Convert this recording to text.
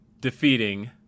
defeating